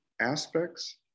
aspects